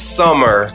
summer